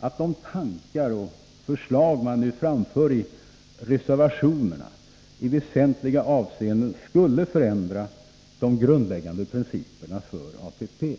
att de tankar och förslag som nu framförs i reservationerna i väsentliga avseenden skulle förändra de grundläggande principerna för ATP.